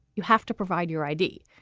you have to provide your i d,